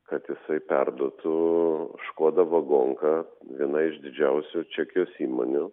kad jisai perduotų škoda vagonka viena iš didžiausių čekijos įmonių